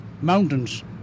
mountains